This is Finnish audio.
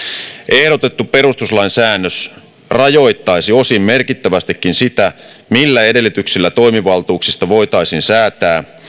ehdotettu perustuslain säännös rajoittaisi osin merkittävästikin sitä millä edellytyksillä toimivaltuuksista voitaisiin säätää